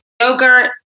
Yogurt